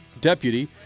deputy